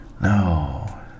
No